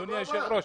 מה הבעיה.